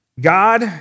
God